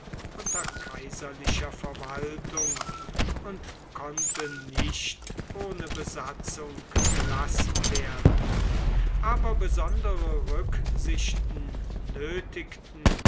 unter kaiserlicher verwaltung und konnte nicht ohne besatzung gelassen werden aber besondere rücksichten nötigten